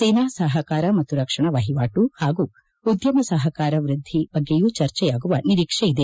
ಸೇನಾ ಸಹಕಾರ ಮತ್ತು ರಕ್ಷಣಾ ವಹಿವಾಟು ಹಾಗೂ ಉದ್ಯಮ ಸಹಕಾರ ವ್ವದ್ದೊ ಬಗ್ಗೆಯೂ ಚರ್ಚೆಯಾಗುವ ನಿರೀಕ್ಷೆ ಇದೆ